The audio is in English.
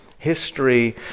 history